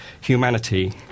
Humanity